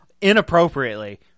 inappropriately